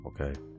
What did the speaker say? Okay